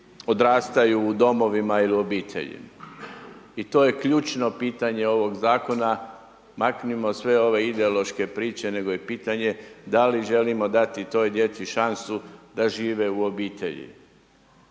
odrastaju u domovima ili u obiteljima? I to je ključno ovog zakona, maknimo sve ove ideološke priče, nego je pitanje da li želimo dati toj djeci šansu da žive u obitelji